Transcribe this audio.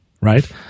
right